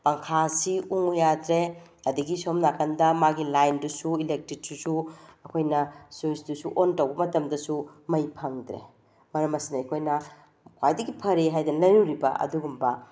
ꯄꯪꯈꯥꯁꯤ ꯎꯡꯎ ꯌꯥꯗ꯭ꯔꯦ ꯑꯗꯒꯤ ꯁꯣꯝ ꯅꯥꯀꯟꯗ ꯃꯥꯒꯤ ꯂꯥꯏꯟꯗꯨꯁꯨ ꯏꯂꯦꯛꯇ꯭ꯔꯤꯛꯇꯨꯁꯨ ꯑꯩꯈꯣꯏꯅ ꯁ꯭ꯋꯤꯁꯇꯨꯁꯨ ꯑꯣꯟ ꯇꯧꯕ ꯃꯇꯝꯗꯁꯨ ꯃꯩ ꯐꯪꯗ꯭ꯔꯦ ꯃꯔꯝ ꯑꯁꯤꯅ ꯑꯩꯈꯣꯏꯅ ꯈ꯭ꯋꯥꯏꯗꯒꯤ ꯐꯔꯦ ꯍꯥꯏꯗꯅ ꯂꯩꯔꯨꯔꯤꯕ ꯑꯗꯨꯒꯨꯝꯕ